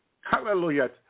hallelujah